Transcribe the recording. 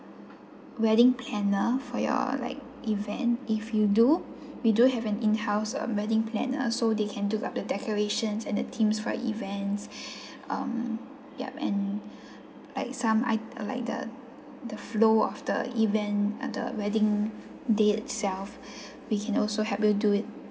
wedding planner for your like event if you do we do have an in-house uh wedding planner so they can do up the decorations and the theme for events um mm yup and like some i~ like the the flow of the event the wedding day itself we can also help you do it